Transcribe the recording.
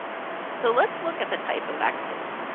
so let's look at the type of activity.